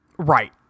Right